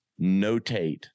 notate